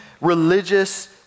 religious